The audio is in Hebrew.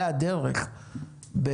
הדרך,